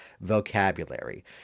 vocabulary